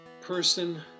person